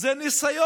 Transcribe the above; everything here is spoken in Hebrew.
שהיא אולי ניסיון